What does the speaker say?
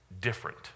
different